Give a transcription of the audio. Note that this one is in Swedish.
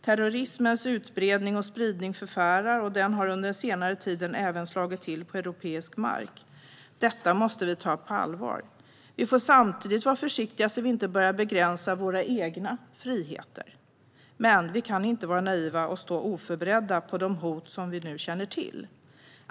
Terrorismens utbredning och spridning förfärar, och den har under senare tid slagit till även på europeisk mark. Detta måste vi ta på allvar. Vi får samtidigt vara försiktiga så att vi inte börjar begränsa våra egna friheter, men vi kan inte vara naiva och stå oförberedda på de hot vi nu känner till.